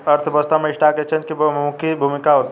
अर्थव्यवस्था में stock exchange की बहुमुखी भूमिका होती है